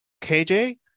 KJ